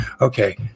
Okay